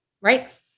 right